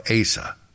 Asa